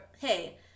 hey